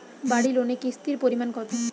বাড়ি লোনে কিস্তির পরিমাণ কত?